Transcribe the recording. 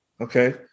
Okay